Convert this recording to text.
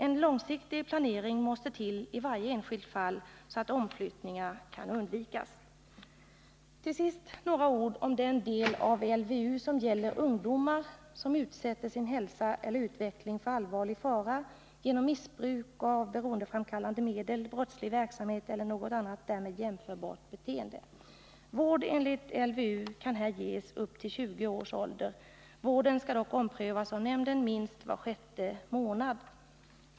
En långsiktig planering måste till i varje enskilt fall, så att omflyttningar kan undvikas. Till sist några ord om den del av LVU som gäller ungdomar, som utsätter sin hälsa eller utveckling för allvarlig fara genom missbruk av beroendeframkallande medel, brottslig verksamhet eller någonting annat därmed jämförbart. Vård enligt LVU kan här ges upp till 20 års ålder. Vården skall dock omprövas av nämnden minst var sj ätte månad.